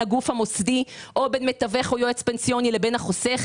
הגוף המוסדי או בין מתווך או יועץ פנסיוני לבין החוסך,